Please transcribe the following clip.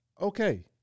Okay